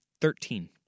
Thirteen